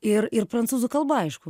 ir ir prancūzų kalba aišku